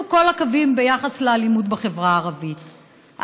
כל הקווים ביחס לאלימות בחברה הערבית,